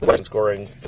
scoring